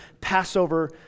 Passover